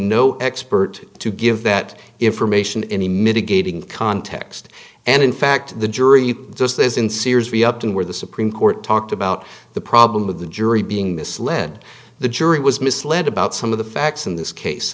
no expert to give that information any mitigating context and in fact the jury does this in series re up to where the supreme court talked about the problem of the jury being misled the jury was misled about some of the facts in this case